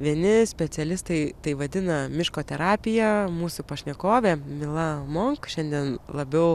vieni specialistai tai vadina miško terapija mūsų pašnekovė mila monk šiandien labiau